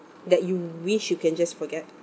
that you wish you can just forget